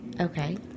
Okay